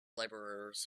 laborers